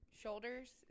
shoulders